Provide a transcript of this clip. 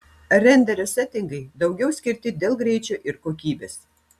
renderio setingai daugiau skirti dėl greičio ir kokybės